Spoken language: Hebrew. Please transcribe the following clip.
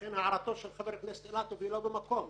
לכן, הערתו של חבר כנסת אילטוב היא לא במקום.